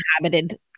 inhabited